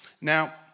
Now